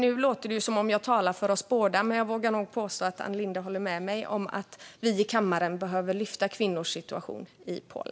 Nu låter det som om jag talar för oss båda, men jag vågar nog påstå att Ann Linde håller med mig om att vi här i kammaren behöver lyfta kvinnors situation i Polen.